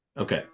Okay